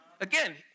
Again